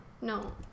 No